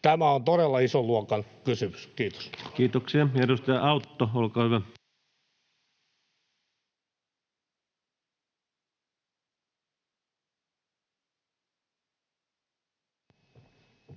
Tämä on todella ison luokan kysymys. — Kiitos. Kiitoksia. — Edustaja Autto, olkaa hyvä.